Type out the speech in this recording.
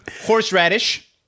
horseradish